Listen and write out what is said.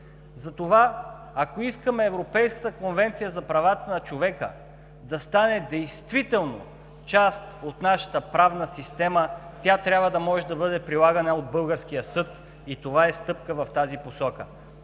Затова, ако искаме Европейската конвенция за правата на човека да стане действително част от нашата правна система, тя трябва да може да бъде прилагана от българския съд и това е стъпка в тази посока.